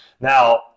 Now